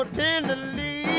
tenderly